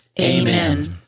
Amen